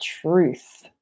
truth